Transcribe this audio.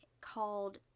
called